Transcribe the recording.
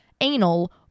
anal